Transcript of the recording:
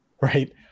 right